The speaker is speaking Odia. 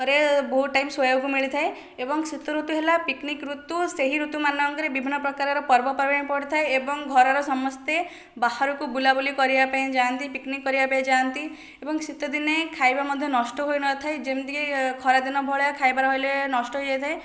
ରେ ବହୁତ ଟାଇମ୍ ଶୋଇବାକୁ ମିଳିଥାଏ ଏବଂ ଶୀତ ଋତୁ ହେଲା ପିକନିକ୍ ଋତୁ ସେହି ଋତୁମାନଙ୍କରେ ବିଭିନ୍ନ ପ୍ରକାରର ପର୍ବପର୍ବାଣୀ ପଡ଼ିଥାଏ ଏବଂ ଘରର ସମସ୍ତେ ବାହାରକୁ ବୁଲାବୁଲି କରିବା ପାଇଁ ଯାଆନ୍ତି ପିକନିକ୍ କରିବା ପାଇଁ ଯାଆନ୍ତି ଏବଂ ଶୀତଦିନେ ଖାଇବା ମଧ୍ୟ ନଷ୍ଟ ହୋଇ ନଥାଏ ଯେମିତିକି ଖରାଦିନ ଭଳିଆ ଖାଇବା ରହିଲେ ନଷ୍ଟ ହେଇଯାଇଥାଏ